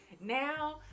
Now